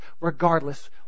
regardless